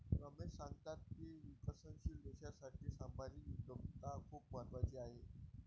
रमेश सांगतात की विकसनशील देशासाठी सामाजिक उद्योजकता खूप महत्त्वाची आहे